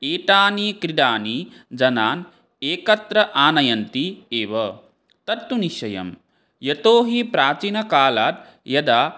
एतानि क्रीडानि जनान् एकत्र आनयन्ति एव तत्तु निश्चयं यतो हि प्राचीनकालात् यदा